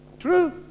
True